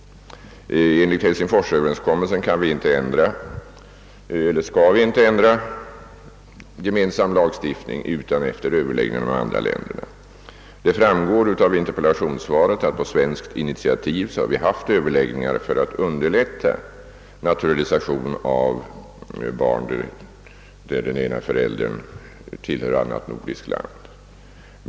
Enligt Helsingforsöverenskommelsen skall vi inte ändra gemensam lagstiftning utan överläggningar med de andra länderna. Det framgår av interpellationssvaret att vi på svenskt initiativ haft överläggningar för att underlätta naturalisation av barn, vars ena förälder tillhör annat nordiskt land.